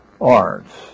arts